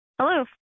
Hello